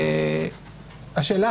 השאלה